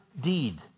deed